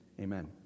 amen